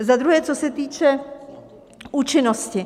Za druhé, co se týče účinnosti.